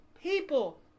people